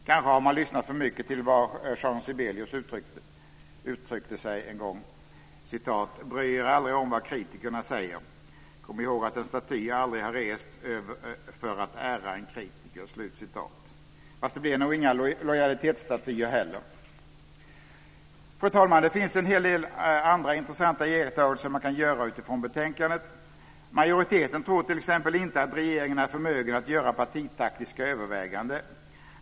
Kanske har man lyssnat för mycket på vad Jean Sibelius har uttryckt: "Bry er aldrig om vad kritikerna säger. Kom ihåg att en staty aldrig har rests för att ära en kritiker." Fast det blir nog inga lojalitetsstatyer heller. Fru talman! Det finns en hel del andra intressanta iakttagelser man kan göra utifrån betänkandet. Majoriteten tror t.ex. inte att regeringen är förmögen att göra partitaktiska överväganden.